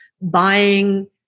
buying